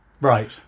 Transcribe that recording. Right